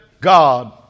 God